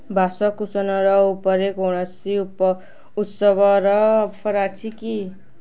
ବାସନକୁସନ ଉପରେ କୌଣସି ଉପ ଉତ୍ସବର ଅଫର୍ ଅଛି କି